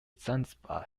zanzibar